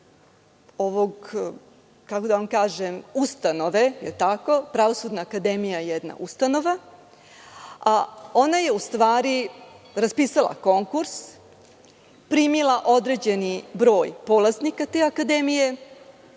ove, kako da vam kažem, ustanove, Pravosudna akademija je jedna ustanova. Ona je u stvari raspisala konkurs, primila određeni broj polaznika te akademije.